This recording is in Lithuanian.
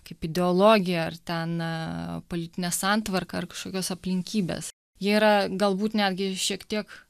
kaip ideologija ar ten politinė santvarka ar kažkokios aplinkybės jie yra galbūt netgi šiek tiek